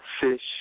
fish